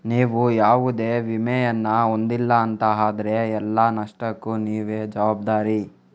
ನೀವು ಯಾವುದೇ ವಿಮೆಯನ್ನ ಹೊಂದಿಲ್ಲ ಅಂತ ಆದ್ರೆ ಎಲ್ಲ ನಷ್ಟಕ್ಕೂ ನೀವೇ ಜವಾಬ್ದಾರಿ